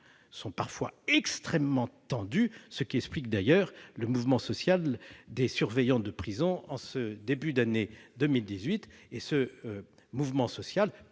parfois extrêmement tendues et explique le mouvement social des surveillants de prison en ce début d'année 2018. Ce mouvement social